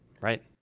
Right